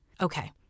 Okay